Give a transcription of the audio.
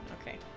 Okay